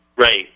Right